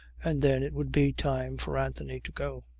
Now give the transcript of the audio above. and then it would be time for anthony to go.